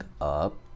up